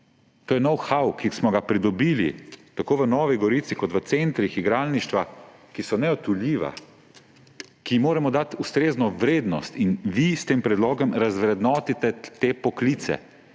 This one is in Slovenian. to je know-how, ki smo ga pridobili tako v Novi Gorici kot v centrih igralništva, ki so neodtujljive, ki jim moramo dati ustrezno vrednost. In vi s tem predlogom razvrednotite te poklice,